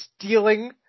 stealing